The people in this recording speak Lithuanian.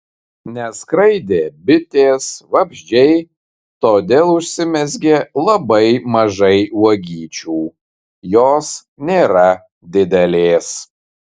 neskraidė bitės vabzdžiai todėl užsimezgė labai mažai uogyčių jos nėra didelės